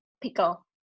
Pickle